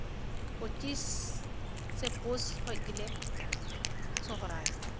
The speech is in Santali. ᱯᱩᱪᱤᱥ ᱥᱮ ᱯᱳᱥ ᱠᱷᱚᱱ ᱜᱮᱞᱮ ᱥᱚᱦᱚᱨᱟᱭᱚᱜᱼᱟ